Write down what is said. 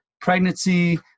pregnancy